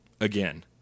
again